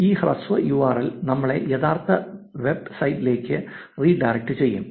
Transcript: ഈ ഹ്രസ്വ യുആർഎൽ നമ്മളെ യഥാർത്ഥ വെബ്സൈറ്റിലേക്ക് റീഡയറക്ട് ചെയ്യും